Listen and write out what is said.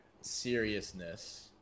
seriousness